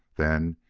then,